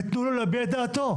ותנו לו להביע את דעתו.